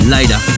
Later